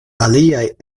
aliaj